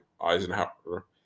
Eisenhower